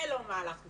זה לא מהלך גדול,